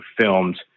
filmed